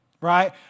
right